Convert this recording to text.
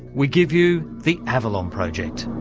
we give you the avalon project.